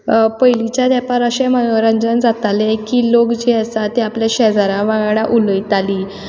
पयलींच्या तेंपार अशें मनोरंजन जातालें की लोक जे आसा ते आपले शेजारा वांगडा उलयतालीं